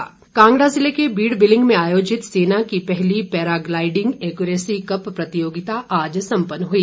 paragliding Kangra जिले के बीड़ बिलिंग में आयोजित सेना की पहली पैरा ग्लाइडिंग एक्यूरेसी कप प्रतियोगिता आज संपन्न हुई